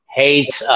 hates